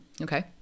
okay